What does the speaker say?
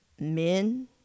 men